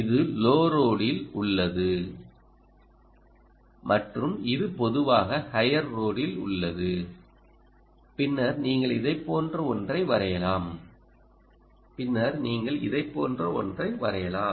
இது லோ ரோடில் உள்ளது மற்றும் இது பொதுவாக ஹையர் ரோடில் உள்ளது பின்னர் நீங்கள் இதைப் போன்ற ஒன்றை வரையலாம் பின்னர் நீங்கள் இதைப் போன்ற ஒன்றை வரையலாம்